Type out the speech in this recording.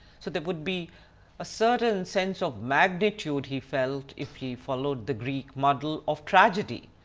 so there would be a certain sense of magnitude he felt if he followed the greek model of tragedy,